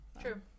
True